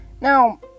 Now